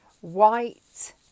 white